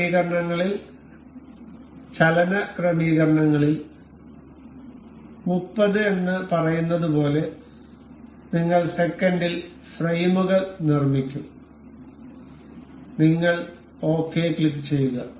ക്രമീകരണങ്ങളിൽ ചലന ക്രമീകരണങ്ങളിൽ 30 എന്ന് പറയുന്നതുപോലെ നിങ്ങൾ സെക്കൻഡിൽ ഫ്രെയിമുകൾ നിർമ്മിക്കും നിങ്ങൾ ഓകെ ക്ലിക്കുചെയ്യുക